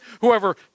Whoever